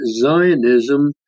Zionism